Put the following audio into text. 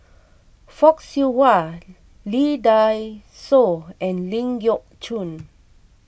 Fock Siew Wah Lee Dai Soh and Ling Geok Choon